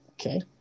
Okay